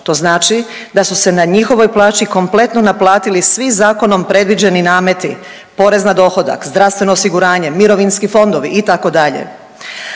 To znači da su se na njihovoj plaći kompletno naplatili svi zakonom predviđeni nameti porez na dohodak, zdravstveno osiguranje, mirovinski fondovi itd.